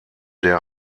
der